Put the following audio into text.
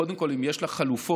קודם כול, אם יש לך חלופות